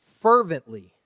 fervently